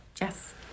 Yes